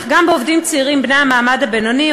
אך גם בעובדים צעירים בני המעמד הבינוני,